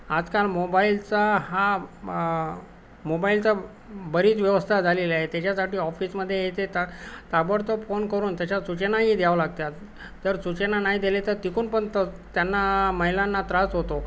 आजकाल मोबाईलचा हा मोबाईलचा बरीच व्यवस्था झालेली आहे त्याच्यासाठी ऑफिसमध्ये येता येता ताबडतोब फोन करून त्याच्या सूचनाही द्यावं लागतात तर सूचना नाही दिले तर तिकडून पण त त्यांना महिलांना त्रास होतो